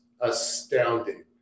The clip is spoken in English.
astounding